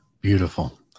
Beautiful